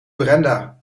brenda